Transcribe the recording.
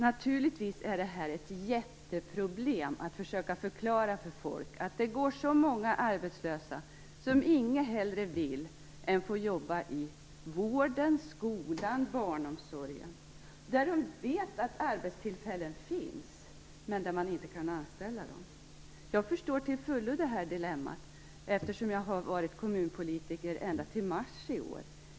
Naturligtvis är det ett jätteproblem att försöka förklara för folk varför man inte kan anställa de många arbetslösa som inget hellre vill än att få jobba i vård, skola och barnomsorg, där de vet att arbetstillfällen finns. Jag förstår till fullo detta dilemma, eftersom jag har varit kommunpolitiker ända till mars i år.